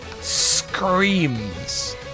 screams